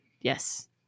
Yes